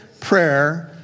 prayer